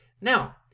Now